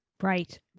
Right